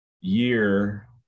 year